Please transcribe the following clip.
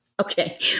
okay